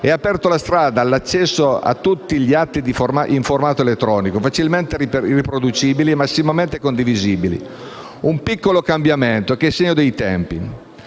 e aperto la strada all'accesso a tutti gli atti in formato elettronico, facilmente riproducibili e massimamente condivisibili. Si tratta di un piccolo cambiamento, che è segno dei tempi.